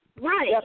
Right